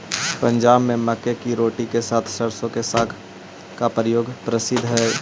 पंजाब में मक्के की रोटी के साथ सरसों का साग का प्रयोग प्रसिद्ध हई